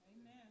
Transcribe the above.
Amen